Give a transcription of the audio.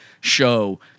show